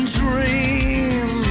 dream